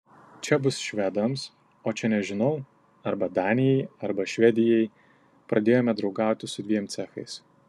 čia bus švedams o čia nežinau arba danijai arba švedijai pradėjome draugauti su dviem cechais